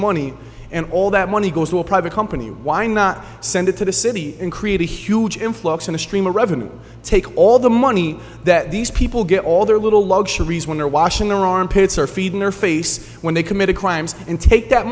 money and all that money goes to a private company why not send it to the city and create a huge influx in the stream of revenue take all the money that these people get all their little luxuries when they're washing their armpits or feeding their face when they committed crimes and take that